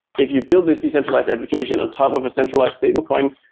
if you build this decentralized application on top of a centralized stablecoin,